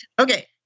Okay